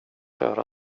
höra